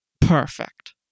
perfect